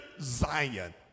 Zion